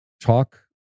talk